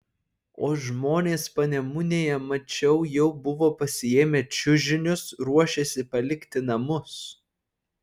o žmonės panemunėje mačiau jau buvo pasiėmę čiužinius ruošėsi palikti namus